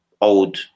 old